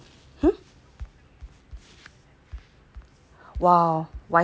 !wow! wise choice